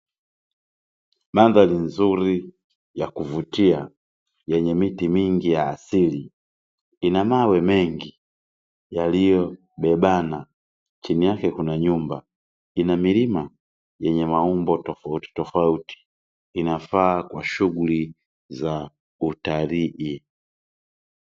Mandhari nzuri ya kuvutia yenye miti mingi ya asili, ina mawe mengi yaliyobebana, chini yake kuna nyumba. Ina milima yenye maumbo tofautitofauti. Inafaa kwa shughuli za utalii.